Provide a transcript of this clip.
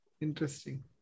interesting